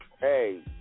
hey